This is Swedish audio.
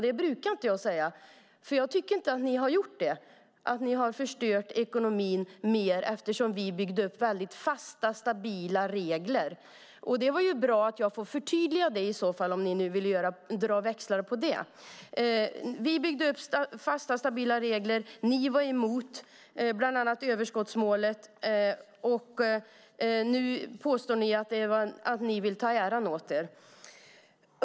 Jag brukar inte säga så, för jag tycker inte att ni har förstört ekonomin mer. Vi byggde ju upp väldigt fasta och stabila regler. Det är bra att jag får förtydliga detta, om ni nu vill dra växlar på det. Vi byggde upp fasta och stabila regler. Ni var bland annat mot överskottsmålet. Nu vill ni ta äran åt er.